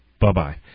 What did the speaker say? Bye-bye